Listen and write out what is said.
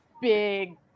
big